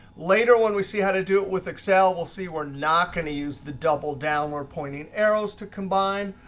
later when we see how to do it with excel, we'll see we're not going to use the double downward pointing arrows to combine.